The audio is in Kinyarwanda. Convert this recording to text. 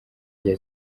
rya